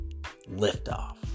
Liftoff